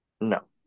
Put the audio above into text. no